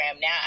now